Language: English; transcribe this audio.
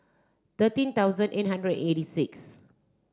thirteen thousand eight hundred eighty six